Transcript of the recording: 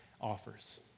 offers